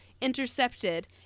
intercepted